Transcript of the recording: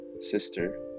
sister